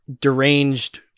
deranged